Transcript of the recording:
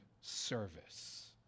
service